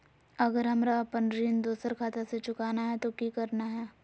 अगर हमरा अपन ऋण दोसर खाता से चुकाना है तो कि करना है?